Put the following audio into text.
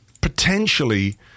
potentially